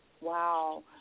Wow